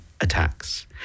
attacks